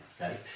okay